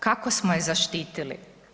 Kako smo je zaštitili?